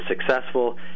successful